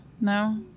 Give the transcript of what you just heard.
No